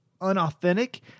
unauthentic